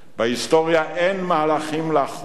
בהיסטוריה אין מהלכים לאחור,